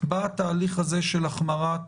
בתהליך של החמרת